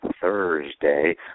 Thursday